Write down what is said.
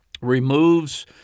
removes